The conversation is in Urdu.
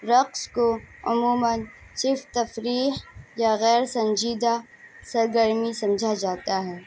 رقص کو عموماً صرف تفریح یا غیر سنجیدہ سرگرمی سمجھا جاتا ہے